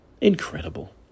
incredible